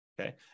Okay